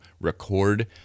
record